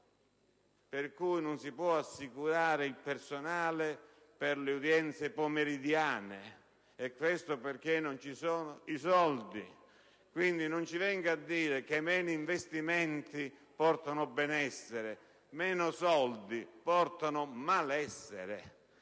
per cui non si può assicurare il personale per le udienze pomeridiane. Questo accade perché non ci sono i soldi. Quindi, non ci venga a dire che meno investimenti portano benessere: in realtà, meno soldi portano malessere.